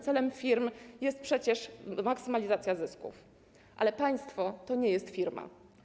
Celem firm jest przecież maksymalizacja zysków, ale państwo to nie jest firma.